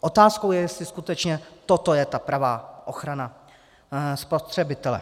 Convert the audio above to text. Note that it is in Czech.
Otázkou je, jestli skutečně toto je ta pravá ochrana spotřebitele.